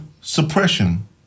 suppression